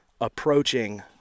approaching